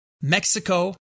Mexico